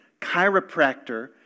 chiropractor